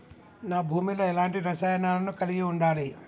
నా భూమి లో ఎలాంటి రసాయనాలను కలిగి ఉండాలి?